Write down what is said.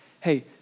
hey